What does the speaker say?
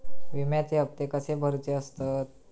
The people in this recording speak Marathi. विम्याचे हप्ते कसे भरुचे असतत?